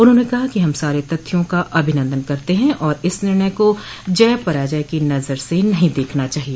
उन्होंने कहा कि हम सारे तथ्यों का अभिनंदन करते हैं और इस निर्णय को जय पराजय की नजर से नहीं देखना चाहिए